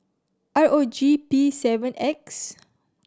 R O G P seven X